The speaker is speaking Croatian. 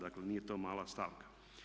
Dakle, nije to mala stavka.